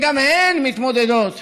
שגם הן מתמודדות